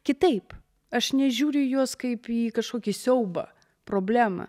kitaip aš nežiūriu į juos kaip į kažkokį siaubą problemą